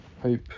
Hope